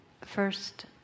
First